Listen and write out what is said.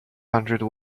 hundred